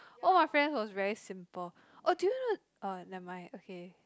all my friends was very simple oh do you know uh nevermind okay